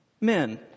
Men